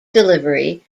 delivery